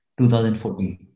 2014